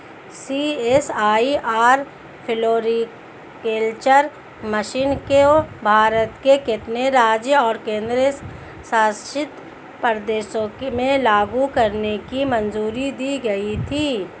CSIR floriculture mission को भारत के कितने राज्यों और केंद्र शासित प्रदेशों में लागू करने की मंजूरी दी गई थी?